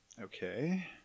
Okay